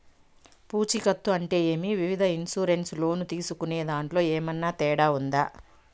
పూచికత్తు అంటే ఏమి? వివిధ ఇన్సూరెన్సు లోను తీసుకునేదాంట్లో ఏమన్నా తేడా ఉందా?